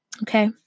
okay